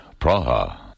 Praha